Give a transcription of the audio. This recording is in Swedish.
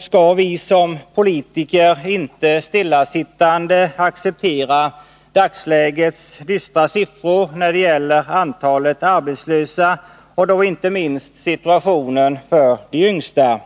skall vi som politiker inte stillasittande acceptera dagslägets dystra siffror när det gäller antalet arbetslösa — inte minst situationen för de yngsta.